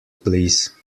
please